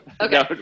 okay